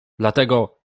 dlatego